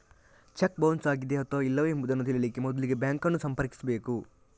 check bounce ಆಗಿದೆಯೇ ಅಥವಾ ಇಲ್ಲವೇ ಎಂಬುದನ್ನ ತಿಳೀಲಿಕ್ಕೆ ಮೊದ್ಲಿಗೆ ಬ್ಯಾಂಕ್ ಅನ್ನು ಸಂಪರ್ಕಿಸ್ಬೇಕು